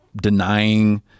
denying